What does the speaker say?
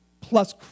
plus